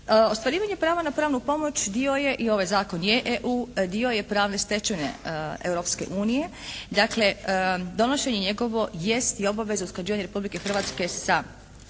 Ostvarivanje prava na pravnu pomoć dio je i ovaj zakon je dio pravne stečevine Europske unije. Dakle donošenje njegovo jeste i obaveza usklađivanja Republike Hrvatske sa